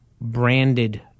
branded